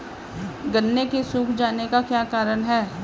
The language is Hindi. गन्ने के सूख जाने का क्या कारण है?